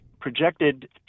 projected